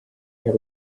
peab